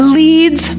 leads